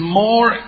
more